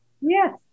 Yes